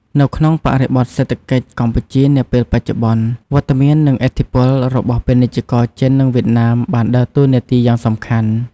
នៅក្នុងបរិបទសេដ្ឋកិច្ចកម្ពុជានាពេលបច្ចុប្បន្ន វត្តមាននិងឥទ្ធិពលរបស់ពាណិជ្ជករចិននិងវៀតណាមបានដើរតួនាទីយ៉ាងសំខាន់។